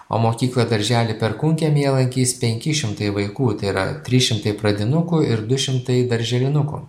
o mokyklą darželį perkūnkiemyje lankys penki šimtai vaikų tėra trys šimtai pradinukų ir du šimtai darželinukų